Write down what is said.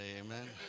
amen